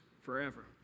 forever